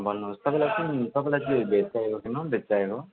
अँ भन्नुहोस् तपाईँलाई कुन तपाईँलाई भेज चाहिएको कि ननभेज चाहिएको